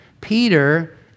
Peter